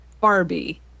Barbie